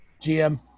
GM